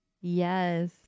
Yes